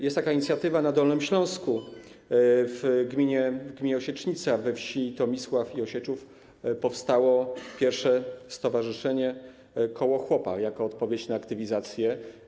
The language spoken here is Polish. Jest taka inicjatywa na Dolnym Śląsku, w gminie Osiecznica, we wsi Tomisław i Osieczów - powstało tu pierwsze stowarzyszenie: koło chłopa jako odpowiedź na aktywizację.